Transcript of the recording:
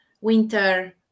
winter